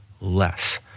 less